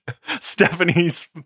Stephanie's